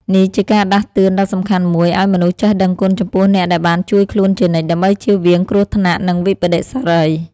នេះជាការដាស់តឿនដ៏សំខាន់មួយឲ្យមនុស្សចេះដឹងគុណចំពោះអ្នកដែលបានជួយខ្លួនជានិច្ច ដើម្បីចៀសវាងគ្រោះថ្នាក់និងវិប្បដិសារី។